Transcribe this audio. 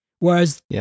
Whereas